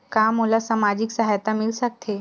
का मोला सामाजिक सहायता मिल सकथे?